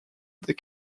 des